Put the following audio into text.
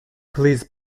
please